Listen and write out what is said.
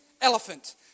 elephant